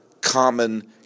common